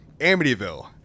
Amityville